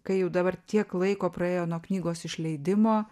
kai jau dabar tiek laiko praėjo nuo knygos išleidimo